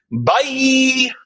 Bye